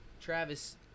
Travis